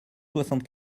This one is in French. soixante